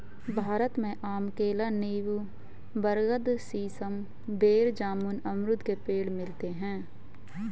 भारत में आम केला नीम बरगद सीसम बेर जामुन अमरुद के पेड़ मिलते है